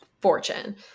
fortune